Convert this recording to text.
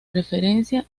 referencia